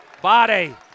Body